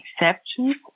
Exceptions